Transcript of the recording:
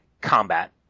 combat